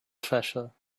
treasure